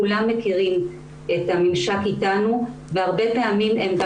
כולם מכירים את הממשק אתנו והרבה פעמים הם גם